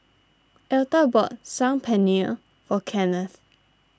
Elta bought Saag Paneer or Kennith